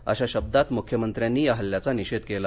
अशा शब्दांत मुख्यमंत्र्यांनी या हल्ल्याचा निषेध केला